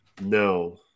No